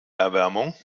erwärmung